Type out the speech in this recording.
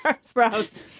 sprouts